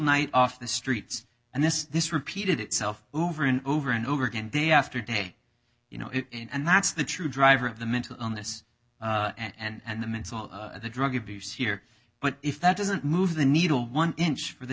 night off the streets and this this repeated itself over and over and over again day after day you know and that's the true driver of the mental illness and the mental the drug abuse here but if that doesn't move the needle one inch for the